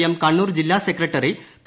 M Kannur ജില്ലാ secretary P